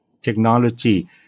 technology